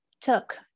took